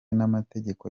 n’amategeko